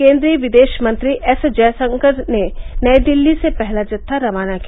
केन्द्रीय विदेश मंत्री एस जयशंकर ने नई दिल्ली से पहला जत्था रवाना किया